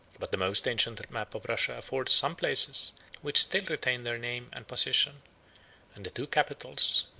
but the most ancient map of russia affords some places which still retain their name and position and the two capitals,